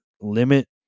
Limit